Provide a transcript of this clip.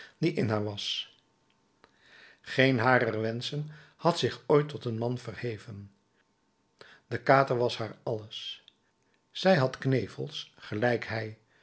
die in haar was geen harer wenschen had zich ooit tot een man verheven de kater was haar alles zij had knevels gelijk hij